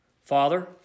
Father